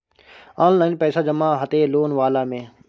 Online पैसा जमा हते लोन वाला में?